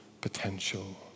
potential